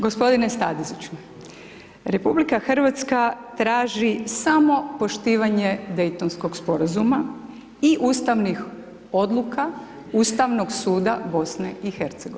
Gospodine Staziću, RH traži samo poštivanje Daytonskog sporazuma i ustavnih odluka Ustavnog suda BiH.